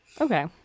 Okay